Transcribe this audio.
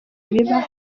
biba